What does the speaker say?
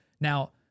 Now